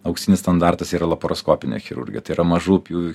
auksinis standartas yra laparoskopinė chirurgija tai yra mažų pjūvių